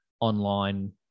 online